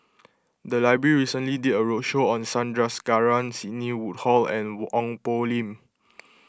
the library recently did a roadshow on Sandrasegaran Sidney Woodhull and Ong Poh Lim